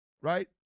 right